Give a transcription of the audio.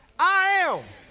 i am